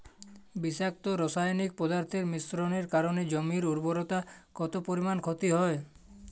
বিষাক্ত রাসায়নিক পদার্থের মিশ্রণের কারণে জমির উর্বরতা কত পরিমাণ ক্ষতি হয়?